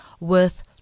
worth